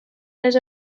les